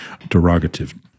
Derogative